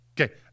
Okay